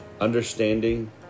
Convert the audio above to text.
understanding